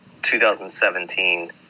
2017